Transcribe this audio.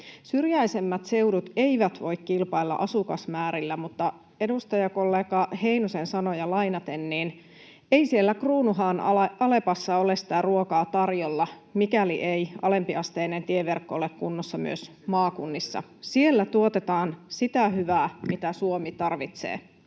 Syrjäisemmät seudut eivät voi kilpailla asukasmäärillä, mutta edustajakollega Heinosen sanoja lainaten ei siellä Kruunuhaan Alepassa ole sitä ruokaa tarjolla, mikäli ei alempiasteinen tieverkko ole kunnossa myös maakunnissa. Siellä tuotetaan sitä hyvää, mitä Suomi tarvitsee.